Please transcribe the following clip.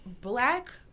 Black